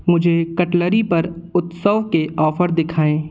मुझे कटलरी पर उत्सव के ऑफर दिखाएँ